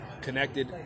connected